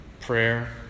prayer